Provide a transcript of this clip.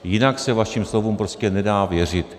Jinak se vašim slovům prostě nedá věřit.